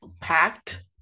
packed